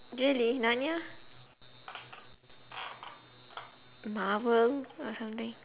really Narnia Marvel or something